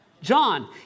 John